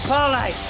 Parlay